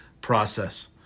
process